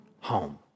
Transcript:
home